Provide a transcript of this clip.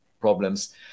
problems